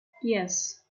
yes